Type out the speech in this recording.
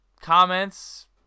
comments